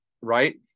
right